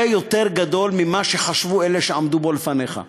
יותר גדול ממה שחשבו אלה שעמדו בו לפניך.